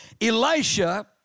Elisha